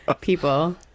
people